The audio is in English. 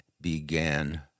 began